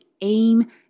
aim